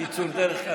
קיצור דרך,